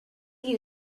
you